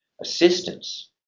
assistance